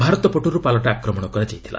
ଭାରତ ପଟରୁ ପାଲଟା ଆକ୍ରମଣ କରାଯାଇଥିଲା